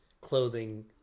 clothing